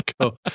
go